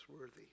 worthy